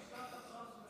אני אשלח לך בצורה מסודרת.